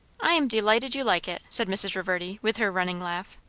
i am delighted you like it, said mrs. reverdy with her running laugh.